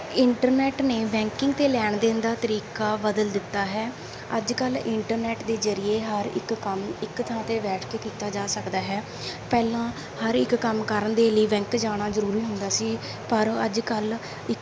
internet ਨੇ banking ਅਤੇ ਲੈਣ ਦੇਣ ਦਾ ਤਰੀਕਾ ਬਦਲ ਦਿੱਤਾ ਹੈ ਅੱਜ ਕੱਲ੍ਹ ਇੰਟਰਨੈਟ ਦੇ ਜ਼ਰੀਏ ਹਰ ਇੱਕ ਕੰਮ ਇੱਕ ਥਾਂ 'ਤੇ ਬੈਠ ਕੇ ਕੀਤਾ ਜਾ ਸਕਦਾ ਹੈ ਪਹਿਲਾਂ ਹਰ ਇੱਕ ਕੰਮ ਕਰਨ ਦੇ ਲਈ ਬੈਂਕ ਜਾਣਾ ਜ਼ਰੂਰੀ ਹੁੰਦਾ ਸੀ ਪਰ ਅੱਜ ਕੱਲ੍ਹ ਇੱਕ